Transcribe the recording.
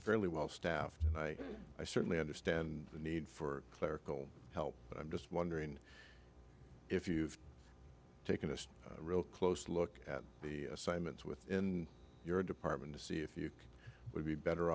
fairly well staffed and i certainly understand the need for clerical help but i'm just wondering if you've taken a real close look at the assignments within your department to see if you would be better